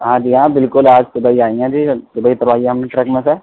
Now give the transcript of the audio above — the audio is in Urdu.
ہاں جی ہاں بالکل آج صُبح ہی آئیں ہیں صُبح ہی اُتروائی ہے ہم نے ٹرک میں سے